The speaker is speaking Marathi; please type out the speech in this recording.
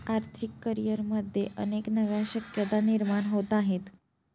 आर्थिक करिअरमध्ये अनेक नव्या शक्यता निर्माण होत आहेत